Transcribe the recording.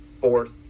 force